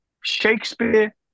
Shakespeare